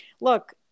look